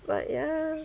but ya